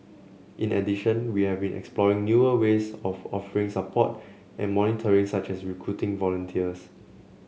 in addition we have been exploring newer ways of offering support and monitoring such as recruiting volunteers